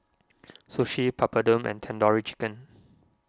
Sushi Papadum and Tandoori Chicken